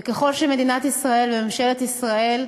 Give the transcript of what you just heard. וככל שמדינת ישראל, ממשלת ישראל,